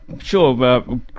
sure